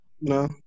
No